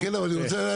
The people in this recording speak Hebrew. אנחנו הצלחנו